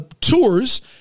tours